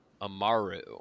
Amaru